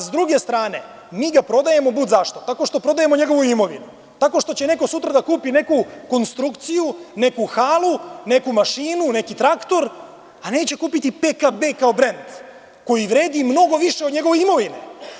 Sa druge strane mi ga prodajemo bud zašto, tako što prodajemo njegovu imovinu, tako što će neko sutra da kupu neku konstrukciju, neku halu, neku mašinu, neki traktor, a neće kupiti PKB kao brend koji vredi mnogo više od njegove imovine.